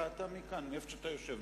אתה מוכן מאיפה שאתה יושב.